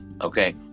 okay